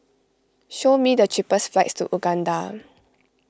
show me the cheapest flights to Uganda